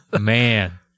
Man